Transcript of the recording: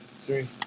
Three